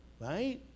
right